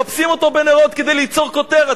מחפשים אותו בנרות כדי ליצור כותרת.